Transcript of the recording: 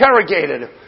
interrogated